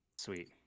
Sweet